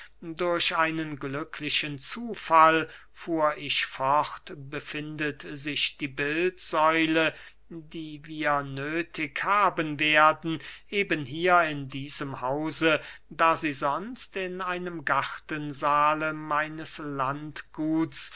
durch einen glücklichen zufall fuhr ich fort befindet sich die bildsäule die wir nöthig haben werden eben hier in diesem hause da sie sonst in einem gartensahle meines landguts